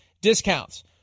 discounts